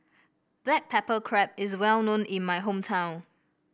Black Pepper Crab is well known in my hometown